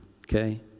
okay